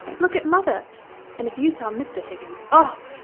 look at mother and if you saw mr. higgins, oh!